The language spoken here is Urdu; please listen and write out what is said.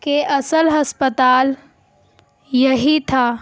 کہ اصل ہسپتال یہی تھا